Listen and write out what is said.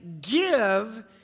give